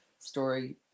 story